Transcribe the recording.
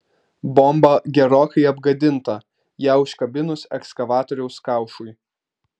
bomba gerokai apgadinta ją užkabinus ekskavatoriaus kaušui